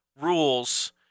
rules